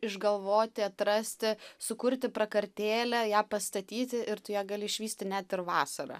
išgalvoti atrasti sukurti prakartėlę ją pastatyti ir tu ją gali išvysti net ir vasarą